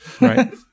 Right